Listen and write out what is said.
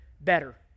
better